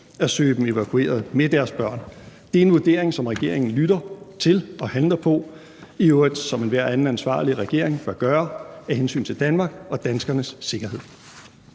at søge dem evakueret med deres børn. Det er en vurdering, som regeringen lytter til og handler på, i øvrigt som enhver anden ansvarlig regering bør gøre af hensyn til Danmarks og danskernes sikkerhed.